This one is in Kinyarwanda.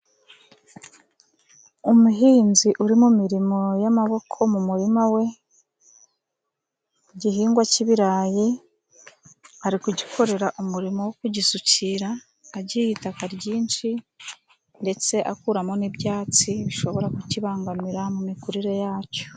Umuhinzi uri mu mirimo y'amaboko mu murima we, ku gihingwa cy'ibirayi, ari kugikorera umurimo wo kugisukira, agiha itaka ryinshi, ndetse akuramo n'ibyatsi bishobora kukibangamira mu mikurire yacyo.